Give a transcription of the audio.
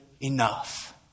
enough